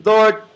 Lord